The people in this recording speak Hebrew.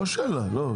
לא שאלה, לא.